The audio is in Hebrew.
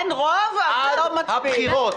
אין רוב לא מצביעים.